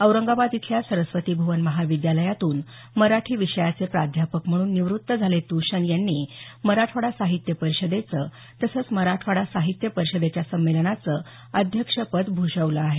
औरंगाबाद इथल्या सरस्वती भुवन महाविद्यालयातून मराठी विषयाचे प्राध्यापक म्हणून निवृत्त झालेले तुशं यांनी मराठवाडा साहित्य परिषदेचं तसंच मराठवाडा साहित्य परिषदेच्या संमेलनाचं अध्यक्षपद भूषवलं आहे